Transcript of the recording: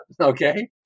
Okay